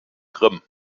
grimm